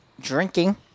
drinking